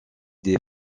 des